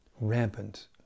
rampant